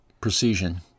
precision